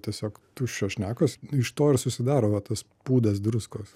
tiesiog tuščios šnekos iš to ir susidaro va tas pūdas druskos